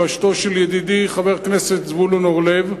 בראשות ידידי חבר הכנסת זבולון אורלב,